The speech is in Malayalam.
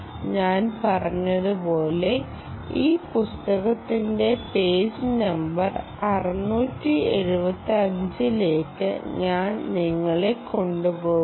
ഞാൻ പറഞ്ഞതുപോലെ ഈ പുസ്തകത്തിന്റെ പേജ് നമ്പർ 6 7 5 ലേക്ക് ഞാൻ നിങ്ങളെ കൊണ്ടുപോകുന്നു